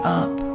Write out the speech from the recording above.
up